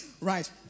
Right